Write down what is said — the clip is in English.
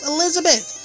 Elizabeth